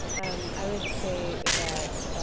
and i would say that,